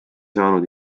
saanud